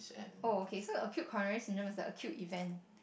oh okay so acute coronary syndrome is a acute event